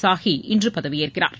சாஹி இன்று பதவியேற்கிறார்